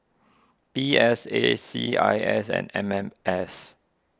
P S A C I S and M M S